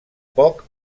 poc